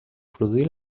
produir